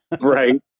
Right